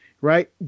right